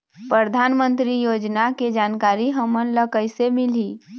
परधानमंतरी योजना के जानकारी हमन ल कइसे मिलही?